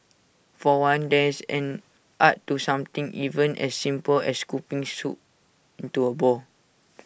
for one there is an art to something even as simple as scooping soup into A bowl